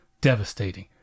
devastating